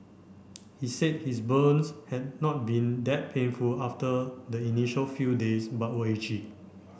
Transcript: he said his burns had not been that painful after the initial few days but were itchy